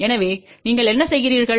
எனவே நீங்கள் என்ன செய்கிறீர்கள்